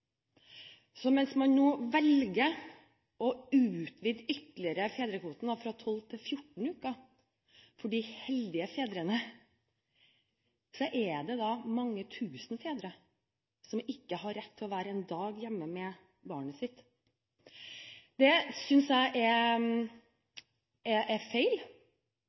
Så mens man velger å utvide fedrekvoten ytterligere – fra 12 til 14 uker – for de heldige fedrene, er det mange tusen fedre som ikke har rett til å være en dag hjemme med barnet sitt. Det synes jeg er